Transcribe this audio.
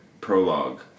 prologue